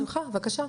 בשמחה, בבקשה.